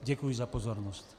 Děkuji za pozornost.